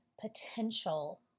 potential